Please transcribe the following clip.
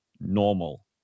normal